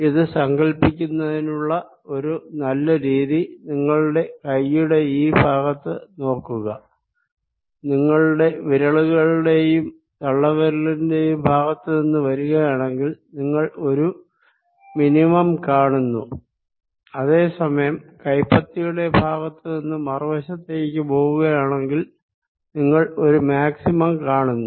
ഇത് സങ്കല്പിക്കുന്നതിനുള്ള ഒരു നല്ല രീതി നിങ്ങളുടെ കൈയുടെ ഈ ഭാഗത്തു നോക്കുക നിങ്ങൾ വിരലുകളുടെയും തള്ളവിരലിന്റെയും ഭാഗത്തു നിന്ന് വരുകയാണെങ്കിൽ നിങ്ങൾ ഒരു മിനിമം കാണുന്നു അതെ സമയം കൈപ്പത്തിയുടെ ഭാഗത്തു നിന്നും മറുവശത്തേക്ക് പോകുകയാണെങ്കിൽ നിങ്ങൾ ഒരു മാക്സിമം കാണുന്നു